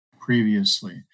previously